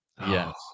Yes